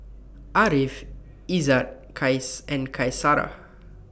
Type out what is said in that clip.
Ariff Izzat Qais and Qaisara